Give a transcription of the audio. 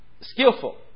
Skillful